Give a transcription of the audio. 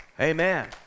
Amen